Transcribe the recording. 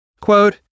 Quote